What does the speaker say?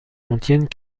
contiennent